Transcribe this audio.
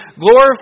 glorify